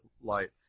light